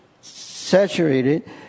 saturated